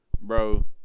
Bro